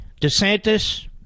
DeSantis